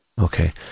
Okay